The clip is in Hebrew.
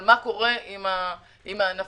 מה קורה עם הענפים